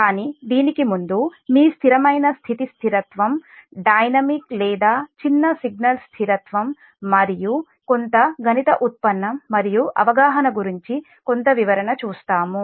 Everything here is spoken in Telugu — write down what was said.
కానీ దీనికి ముందు మీ స్థిరమైన స్థితి స్థిరత్వం డైనమిక్ లేదా చిన్న సిగ్నల్ స్థిరత్వం మరియు కొంత గణిత ఉత్పన్నం మరియు అవగాహన గురించి కొంత వివరణ చూస్తాము